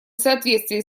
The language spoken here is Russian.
соответствии